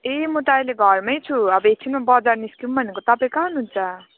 ए म त अहिले घरमै छु अब एकछिनमा बजार निस्कौँ भनेको तपाईँ कहै हुनुहुन्छ